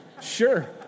Sure